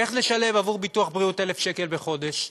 איך נשלם עבור ביטוח בריאות 1,000 שקל בחודש?